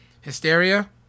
Hysteria